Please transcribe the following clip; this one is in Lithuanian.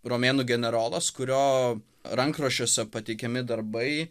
romėnų generolas kurio rankraščiuose pateikiami darbai